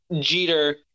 Jeter